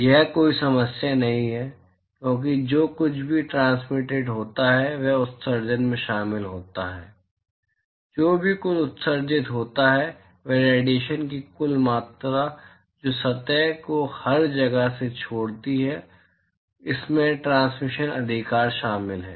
यह कोई समस्या नहीं है क्योंकि जो कुछ भी ट्रांसमिटिड होता है वह उत्सर्जन में शामिल होता है जो भी कुल उत्सर्जित होता है वह रेडिएशन की कुल मात्रा जो सतह को हर जगह से छोड़ती है इसमें ट्रांसमिशिन अधिकार शामिल है